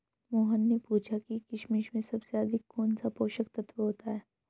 मोहन ने पूछा कि किशमिश में सबसे अधिक कौन सा पोषक तत्व होता है?